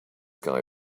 guy